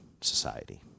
society